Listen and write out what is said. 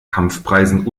kampfpreisen